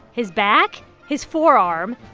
his back, his forearm.